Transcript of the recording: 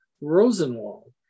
Rosenwald